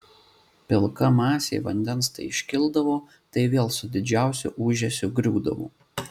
pilka masė vandens tai iškildavo tai vėl su didžiausiu ūžesiu griūdavo